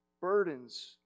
Burdens